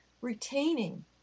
retaining